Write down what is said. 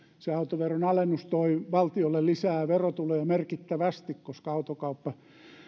se autoveron alennus toi valtiolle lisää verotuloja merkittävästi koska autokauppa